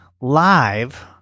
live